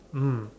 mm